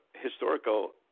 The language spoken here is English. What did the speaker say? historical